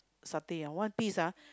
satay ah one piece ah